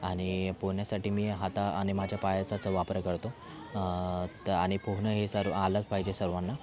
आणि पोहोण्यासाठी मी हात आणि माझ्या पायाचाच वापर करतो तर आणि पोहणं हे सर आलंच पाहिजे सर्वांना